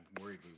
worried